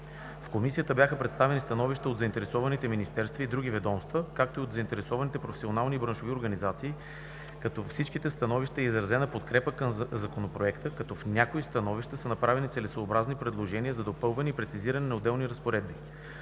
В Комисията бяха представени становища от заинтересованите министерства и други ведомства, както и от заинтересованите професионални и браншови организации, като във всичките становища е изразена подкрепа към Законопроекта, като в някои становища са направени целесъобразни предложения за допълване и прецизиране на отделни разпоредби.